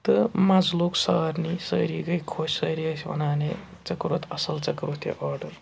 تہٕ مَزٕ لوٚگ سارنٕے سٲری گٔے خوش سٲری ٲسۍ وَنان ہے ژےٚ کوٚرُتھ اَصٕل ژےٚ کوٚرُتھ یہِ آرڈَر